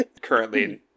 currently